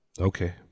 Okay